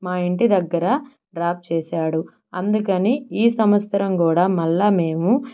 మా ఇంటి దగ్గర డ్రాప్ చేసాడు అందుకని ఈ సంవత్సరం కూడా మళ్ళా మేము